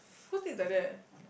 who sleep like that